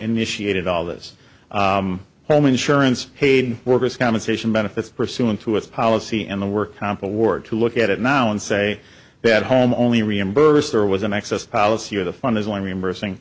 initiated all this home insurance paid workers compensation benefits pursuant to its policy and the work comp award to look at it now and say that home only reimburse there was an excess policy or the fund is only reimbursing